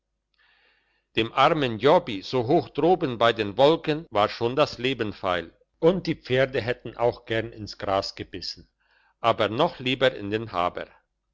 dem armen jobbi so hoch droben bei den wolken war schon das leben feil und die pferde hätten auch gern ins gras gebissen aber noch lieber in den haber